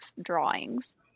drawings